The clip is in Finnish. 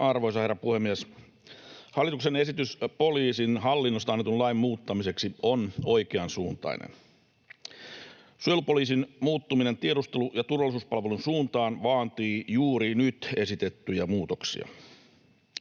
Arvoisa herra puhemies! Hallituksen esitys poliisin hallinnosta annetun lain muuttamiseksi on oikeansuuntainen. Suojelupoliisin muuttuminen tiedustelu- ja turvallisuuspalvelun suuntaan vaatii juuri nyt esitettyjä muutoksia.